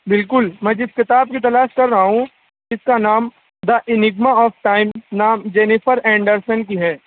بالکل میں جِس کتاب کی تلاش کر رہا ہوں اِس کا نام دا اِنگما آف ٹائم نام جنیفر اینڈرسن کی ہے